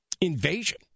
invasion